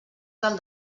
del